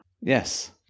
yes